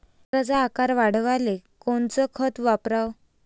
संत्र्याचा आकार वाढवाले कोणतं खत वापराव?